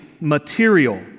material